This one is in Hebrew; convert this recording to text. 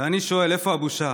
ואני שואל: איפה הבושה?